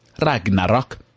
Ragnarok